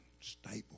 stable